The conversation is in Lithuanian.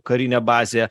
karinė bazė